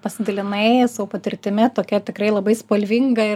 pasidalinai savo patirtimi tokia tikrai labai spalvinga